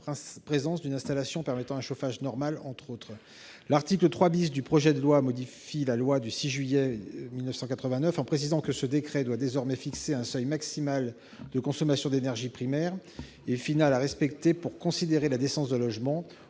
présence d'une installation permettant un chauffage normal. L'article 3 du projet de loi modifie la loi du 6 juillet 1989, en précisant que ce décret doit désormais fixer un seuil maximal de consommation d'énergie primaire et finale à respecter pour considérer la décence d'un logement,